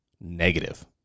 negative